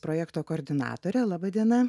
projekto koordinatorė laba diena